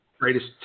greatest